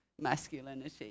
masculinity